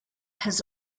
has